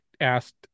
asked